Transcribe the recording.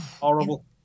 Horrible